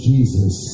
Jesus